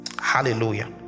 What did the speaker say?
Hallelujah